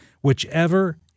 whichever